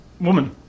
woman